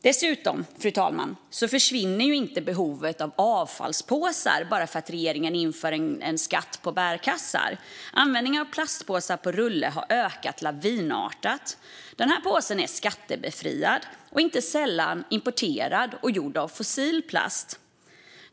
Dessutom, fru talman, försvinner ju inte behovet av avfallspåsar bara för att regeringen inför en skatt på bärkassar. Användningen av plastpåsar på rulle har ökat lavinartat. Denna påse är skattebefriad och inte sällan importerad och gjord av fossil plast.